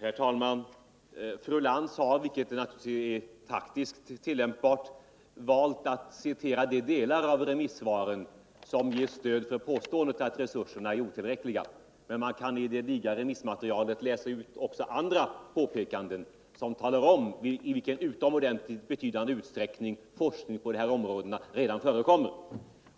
Herr talman! Fru Lantz har, vilket naturligtvis är taktiskt tillämpbart, valt att citera de delar av remissvaren som ger stöd för påståendet att resurserna är otillräckliga. Man kan i det digra remissmaterialet läsa ut också andra påpekanden som talar om i vilken utomordentligt betydande utsträckning forskning på dessa områden redan förekommer.